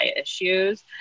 issues